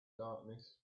darkness